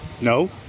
No